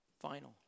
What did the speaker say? final